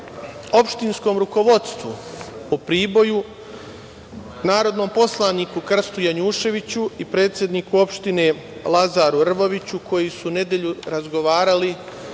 opštinskom rukovodstvu u Priboju, narodnom poslaniku Krstu Janjuševiću i predsedniku opštine Lazaru Rvoviću, koji su u nedelju razgovarali